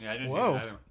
Whoa